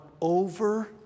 over